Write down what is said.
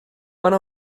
one